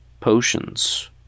potions